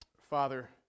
Father